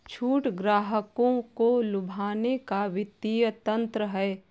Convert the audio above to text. छूट ग्राहकों को लुभाने का वित्तीय तंत्र है